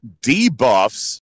debuffs